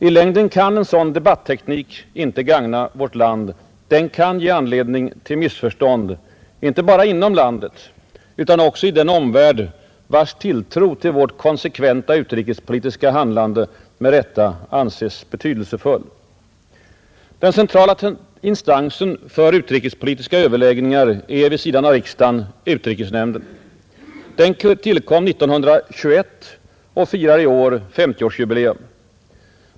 I längden kan en sådan debatteknik inte gagna vårt land. Den kan ge anledning till missförstånd, inte bara inom landet utan också i den omvärld vars tilltro till vårt konsekventa utrikespolitiska handlande med rätta anses betydelsefull. Den centrala instansen för utrikespolitiska överläggningar är vid sidan av riksdagen utrikesnämnden, Den tillkom 1921 och firar i år 50-årsjubileum.